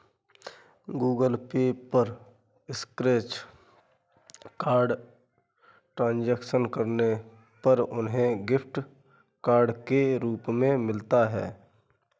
Google Pay पर scratch card transaction करने पर उन्हें गिफ्ट कार्ड के रूप में मिलता है